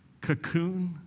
cocoon